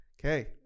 Okay